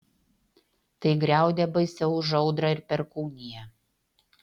tai griaudė baisiau už audrą ir perkūniją